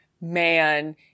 man